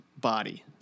body